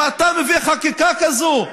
ואתה מביא חקיקה כזו,